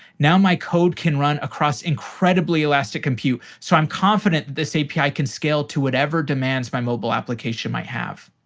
now, my code can run across incredibly elastic compute so i'm confident that this api can scale to whatever demands my mobile application might have.